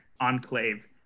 enclave